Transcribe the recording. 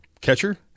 Catcher